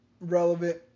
relevant